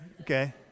Okay